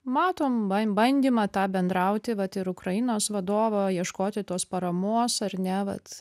matom ban bandymą tą bendrauti vat ir ukrainos vadovo ieškoti tos paramos ar ne vat